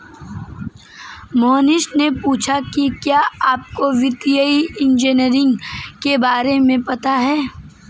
मोहनीश ने पूछा कि क्या आपको वित्तीय इंजीनियरिंग के बारे में पता है?